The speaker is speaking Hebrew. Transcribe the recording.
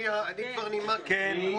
אני כבר נימקתי.